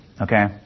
okay